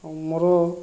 ମୋର